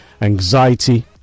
anxiety